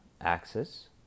axis